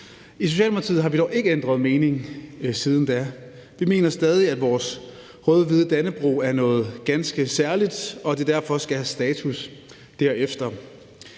I Socialdemokratiet har vi dog ikke ændret mening siden da. Vi mener stadig væk, at vores rød-hvide Dannebrog er noget ganske særligt, og at det derfor skal have status derefter.